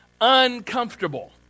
Uncomfortable